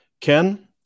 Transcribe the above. Ken